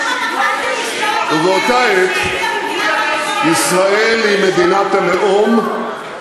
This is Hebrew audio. למה מחקת "שוויון מלא" מגילת העצמאות?